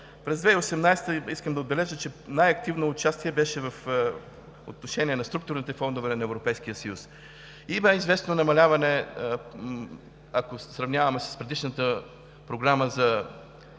През 2018 г. искам да отбележа, че най-активно участие беше по отношение на структурните фондове на Европейския съюз. Има известно намаляване, ако сравняваме с предишната програма,